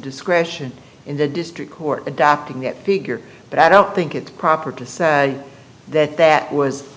discretion in the district court adopting it figure but i don't think it's proper to say that that was